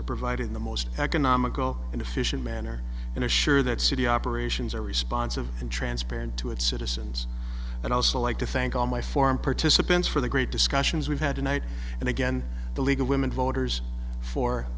are providing the most economical and efficient manner and assure that city operations are response of and transparent to its citizens and i also like to thank all my foreign participants for the great discussions we've had tonight and again the league of women voters for